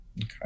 Okay